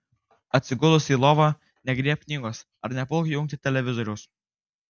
atsigulusi į lovą negriebk knygos ar nepulk jungti televizoriaus